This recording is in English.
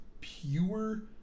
pure